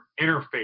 interface